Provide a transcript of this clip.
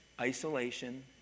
Isolation